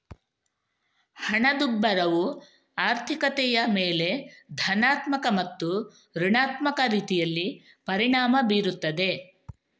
ಹಣದುಬ್ಬರವು ಆರ್ಥಿಕತೆಯ ಮೇಲೆ ಧನಾತ್ಮಕ ಮತ್ತು ಋಣಾತ್ಮಕ ರೀತಿಯಲ್ಲಿ ಪರಿಣಾಮ ಬೀರುತ್ತದೆ